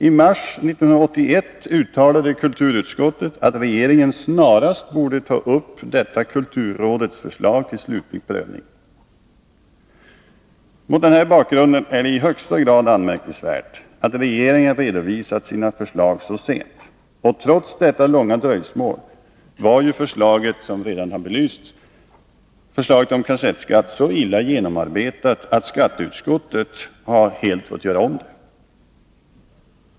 I mars 1981 uttalade kulturutskottet att regeringen snarast borde ta upp detta kulturrådets förslag till 27 slutlig prövning. Mot denna bakgrund är det i högsta grad anmärkningsvärt att regeringen redovisat sina förslag så sent. Och trots detta långa dröjsmål var förslaget om kassettskatt, som redan har belysts, så illa genomarbetat att skatteutskottet fått göra om det helt och hållet.